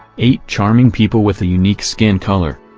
eight charming people with a unique skin color.